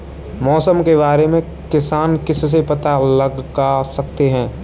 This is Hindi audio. मौसम के बारे में किसान किससे पता लगा सकते हैं?